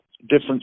different